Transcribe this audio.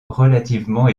relativement